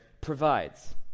provides